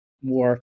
more